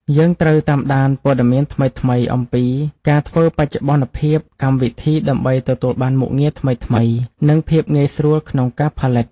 យើងត្រូវតាមដានព័ត៌មានថ្មីៗអំពីការធ្វើបច្ចុប្បន្នភាពកម្មវិធីដើម្បីទទួលបានមុខងារថ្មីៗ និង ភាពងាយស្រួលក្នុងការផលិត។